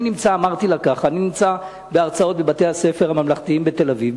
אמרתי לה כך: אני נמצא בהרצאות בבתי-הספר הממלכתיים בתל-אביב,